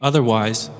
Otherwise